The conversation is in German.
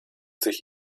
sich